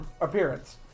appearance